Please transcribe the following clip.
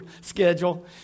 schedule